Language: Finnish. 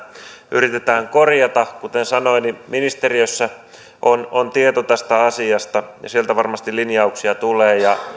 yritetään korjata kuten sanoin niin ministeriössä on on tieto tästä asiasta ja sieltä varmasti linjauksia tulee ja